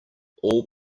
all